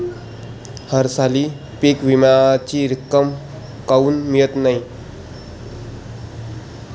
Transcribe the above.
हरसाली पीक विम्याची रक्कम काऊन मियत नाई?